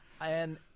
And-